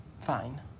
Fine